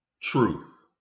Truth